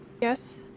Yes